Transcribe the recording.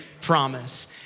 promise